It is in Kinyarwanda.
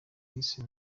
alice